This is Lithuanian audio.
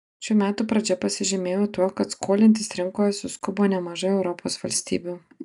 šių metų pradžia pasižymėjo tuo kad skolintis rinkoje suskubo nemažai europos valstybių